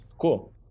cool